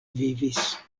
vivis